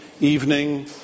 evening